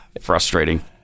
Frustrating